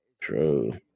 True